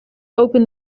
open